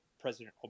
President